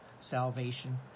salvation